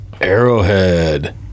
Arrowhead